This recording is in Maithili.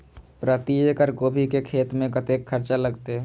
प्रति एकड़ गोभी के खेत में कतेक खर्चा लगते?